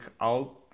out